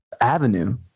avenue